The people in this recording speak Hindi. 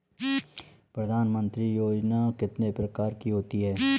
प्रधानमंत्री योजना कितने प्रकार की होती है?